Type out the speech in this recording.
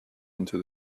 into